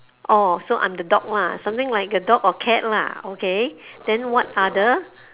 orh so I am the dog lah something like a dog or cat lah okay then what other